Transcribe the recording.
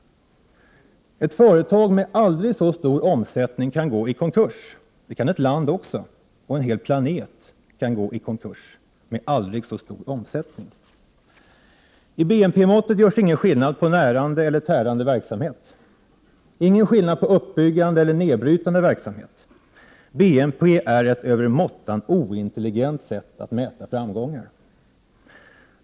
Ett företag med aldrig så stor omsättning kan gå i konkurs. Det kan ett land också. En hel planet kan gå i konkurs, med aldrig så stor omsättning. I BNP-måttet görs ingen skillnad på närande eller tärande verksamhet, ingen skillnad på uppbyggande eller nedbrytande verksamhet. BNP är ett övermåttan ointelligent sätt att mäta framgångar.